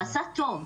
ועשה טוב,